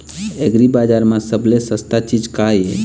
एग्रीबजार म सबले सस्ता चीज का ये?